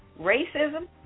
Racism